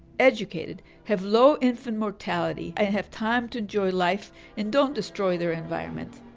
educated, have low infant mortality and have time to enjoy life and don't destroy their environment.